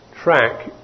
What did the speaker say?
track